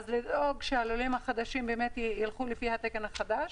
אז לדאוג שהלולים החדשים באמת ילכו לפי התקן החדש.